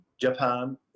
Japan